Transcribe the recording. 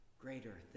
Greater